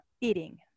eating